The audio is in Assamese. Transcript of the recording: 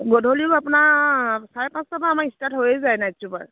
গধূলিও আপোনাৰ চাৰে পাঁচটা পৰা আমাৰ ষ্টাৰ্ট হৈয়েই যায় নাইট ছুপাৰ